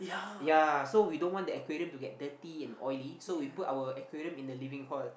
yea so we don't want the aquarium to get dirty and oily so we put our aquarium in the living hall